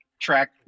track